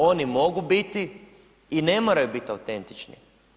Oni mogu biti i ne moraju biti autentični.